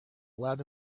allowed